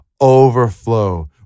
overflow